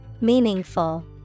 Meaningful